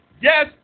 Yes